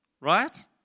right